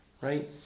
right